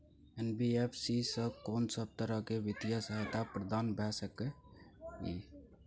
NBFC स कोन सब तरह के वित्तीय सहायता प्रदान भ सके इ? इ